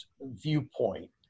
viewpoint